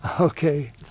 Okay